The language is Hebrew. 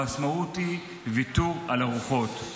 המשמעות היא ויתור על ארוחות.